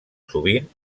sovint